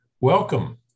welcome